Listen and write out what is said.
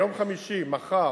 ביום חמישי, למחר,